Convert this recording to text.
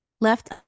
left